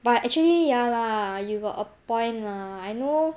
but actually ya lah you got a point lah I know